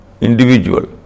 individual